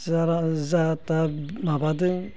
जाहा थाहा माबादों